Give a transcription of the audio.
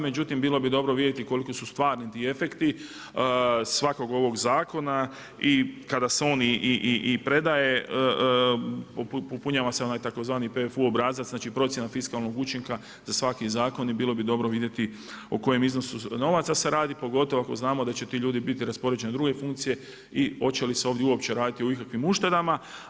Međutim bilo bi dobro vidjeti koliki si stvarni ti efekti svakog ovog zakona i kada se on i predaje popunjava se onaj tzv. PFU obrazac, znači procjena fiskalnog učinka za svaki zakon i bilo bi dobro vidjeti o kojem iznosu novaca se radi pogotovo ako znamo da će ti ljudi biti raspoređeni na druge funkcije i hoće li se ovdje uopće raditi o ikakvim uštedama.